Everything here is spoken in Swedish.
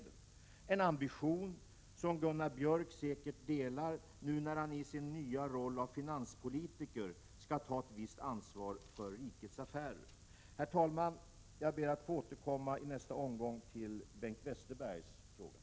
Detta är en ambition som Gunnar Björk säkert delar nu när han i sin nya roll som finanspolitiker skall ta ett visst ansvar för rikets affärer. Herr talman! Jag ber att i nästa omgång få återkomma till Bengt Westerbergs frågor.